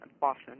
Boston